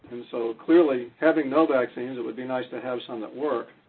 and so-clearly-having no vaccines, it would be nice to have some that work.